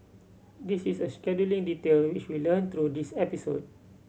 this is a scheduling detail which we learnt through this episode